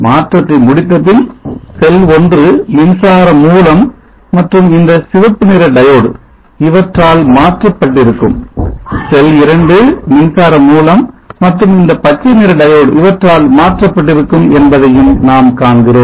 மாற்றத்தை முடித்தபின் செல் 1 மின்சார மூலம் மற்றும் இந்த சிவப்புநிற diode இவற்றால் மாற்றப்பட்டிருக்கும் செல் 2 மின்சார மூலம் மற்றும் இந்த பச்சைநிற diode இவற்றால் மாற்றப்பட்டிருக்கும் என்பதையும் நாம் காண்கிறோம்